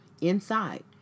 inside